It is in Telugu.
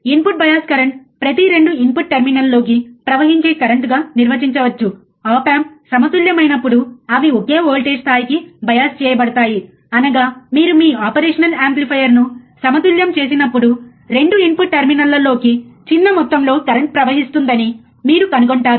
ఇన్పుట్ బయాస్ కరెంట్ ప్రతి 2 ఇన్పుట్ టెర్మినల్స్ లోకి ప్రవహించే కరెంటు గా నిర్వచించవచ్చు ఆప్ ఆంప్ సమతుల్యమైనప్పుడు అవి ఒకే వోల్టేజ్ స్థాయికి బయాస్ చేయబడతాయి అనగా మీరు మీ ఆపరేషనల్ యాంప్లిఫైయర్ను సమతుల్యం చేసినప్పుడు 2 ఇన్పుట్ టెర్మినల్లలోకి చిన్న మొత్తంలో కరెంట్ ప్రవహిస్తుందని మీరు కనుగొంటారు